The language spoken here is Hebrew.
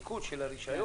עיקול של הרישיון?